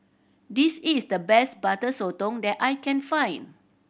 this is the best Butter Sotong that I can find